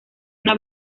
una